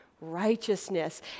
righteousness